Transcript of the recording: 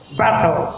battle